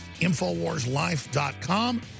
InfoWarsLife.com